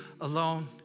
alone